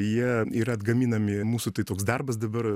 jie yra atgaminami mūsų tai toks darbas dabar